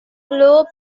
low